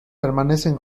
permanecen